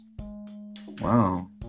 Wow